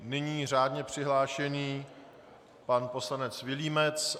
Nyní řádně přihlášený pan poslanec Vilímec.